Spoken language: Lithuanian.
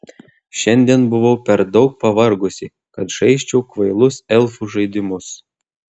šiandien buvau per daug pavargusi kad žaisčiau kvailus elfų žaidimus